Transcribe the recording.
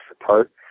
apart